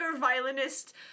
violinist